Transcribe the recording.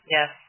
Yes